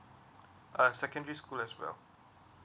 uh secondary school as well